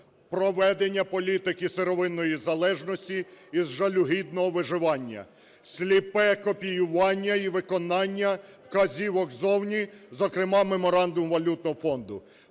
проведення політики сировинної залежності із жалюгідного виживання. Сліпе копіювання і виконання вказівок ззовні, зокрема Меморандум валютного фонду,